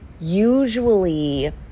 usually